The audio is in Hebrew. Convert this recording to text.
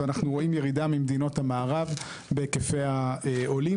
ואנחנו רואים ירידה ממדינות המערב בהיקפי העולים.